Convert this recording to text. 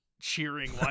cheering